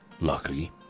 luckily